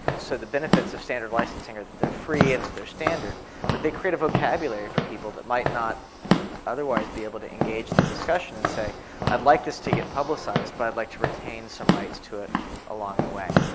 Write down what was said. so the benefits of standard licensing is that they're free and that they're standard but they create a vocabulary for people that might not otherwise be able to engage in the discussion and say i'd like this to get publicized but i'd like to retain some rights to it along the way.